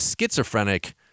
schizophrenic